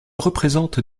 représentent